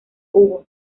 hugo